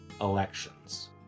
elections